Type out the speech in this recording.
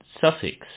suffix